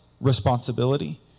responsibility